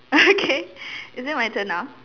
okay is it my turn now